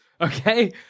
okay